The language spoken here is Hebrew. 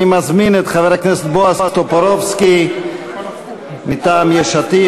אני מזמין את חבר הכנסת בועז טופורובסקי מטעם יש עתיד,